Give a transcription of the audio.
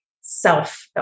self